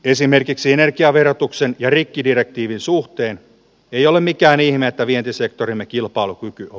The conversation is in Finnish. esimerkiksi energiaverotuksen ja rikkidirektiivin suhteen ei ole mikään ihme että vientisektorimme kilpailukyky on